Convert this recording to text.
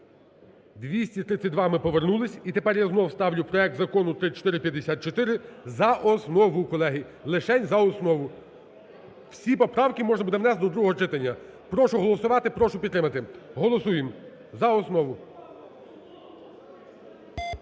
За-232 Ми повернулись. І тепер я знов ставлю проект Закону 3454 за основу, колеги, лишень за основу. Всі поправки можна буде внести до другого читання. Прошу голосувати. Прошу підтримати. Голосуємо, за основу.